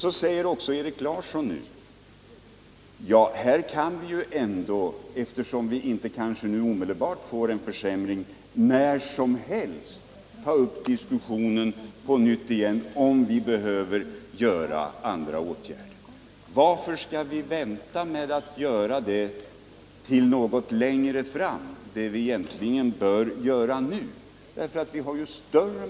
Nu säger Erik Larsson att vi, eftersom det kanske inte omedelbart blir en försämring av sjöns tillstånd, när som helst kan ta upp en diskussion om andra åtgärder behöver vidtas. Men varför vänta med någonting som vi bör göra nu?